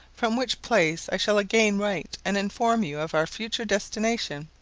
from which place i shall again write and inform you of our future destination,